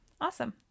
Awesome